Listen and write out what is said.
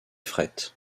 fret